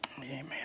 amen